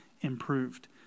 improved